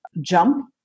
jump